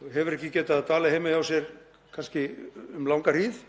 Það hefur ekki getað dvalið heima hjá sér kannski um langa hríð.